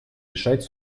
решать